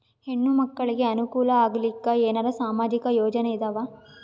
ಹೆಣ್ಣು ಮಕ್ಕಳಿಗೆ ಅನುಕೂಲ ಆಗಲಿಕ್ಕ ಏನರ ಸಾಮಾಜಿಕ ಯೋಜನೆ ಇದಾವ?